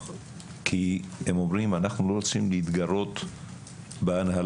כי הם אומרים אנחנו לא רוצים להתגרות בהנהלה,